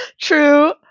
True